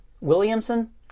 Williamson